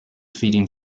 feeding